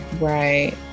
right